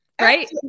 right